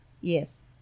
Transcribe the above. yes